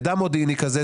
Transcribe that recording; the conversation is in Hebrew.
מידע מודיעני כזה,